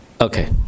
okay